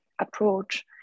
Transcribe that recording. approach